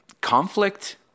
conflict